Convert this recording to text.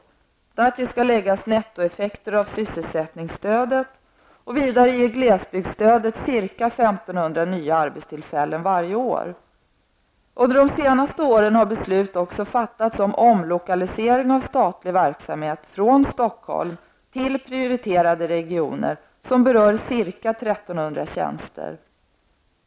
Därtill skall läggas nettoeffekter av sysselsättningsstödet. Vidare ger glesbygdsstödet ca 1 500 nya arbetstillfällen varje år. Under de senaste åren har beslut också fattats om omlokalisering av statlig verksamhet från 1 300 tjänster.